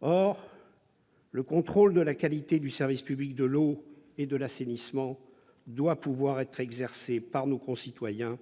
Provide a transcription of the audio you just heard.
Or le contrôle de la qualité du service public de l'eau et de l'assainissement doit pouvoir être exercé par nos concitoyens,